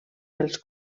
pels